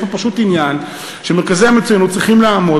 יש פה פשוט עניין שמרכזי המצוינות צריכים לעמוד